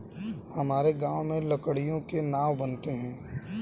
हमारे गांव में लकड़ियों से नाव बनते हैं